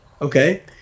Okay